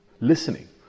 listening